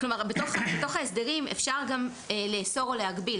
כלומר בתוך ההסדרים אפשר גם לאסור או להגביל,